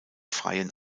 freien